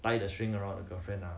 tie the string around the girlfriend ah